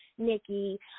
nikki